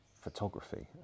photography